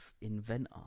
inventor